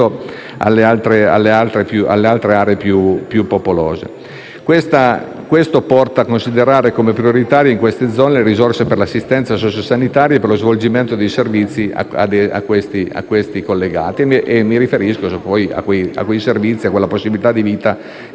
densità di popolazione. Questo porta a considerare come prioritarie, in queste zone, le risorse per l'assistenza sociosanitaria e per lo svolgimento dei servizi a questa collegati. Mi riferisco a quella possibilità di vita